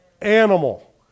Animal